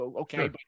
okay